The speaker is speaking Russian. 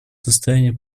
состоянии